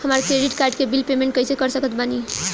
हमार credit card के bill payment कइसे कर सकत बानी?